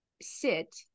sit